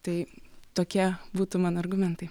tai tokie būtų mano argumentai